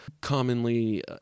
commonly